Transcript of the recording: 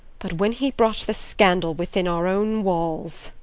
but when he brought the scandal within our own walls